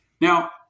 Now